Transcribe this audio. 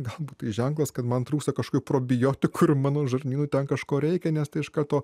galbūt tai ženklas kad man trūksta kažkokių probiotikų ir mano žarnynui ten kažko reikia nes tai iš karto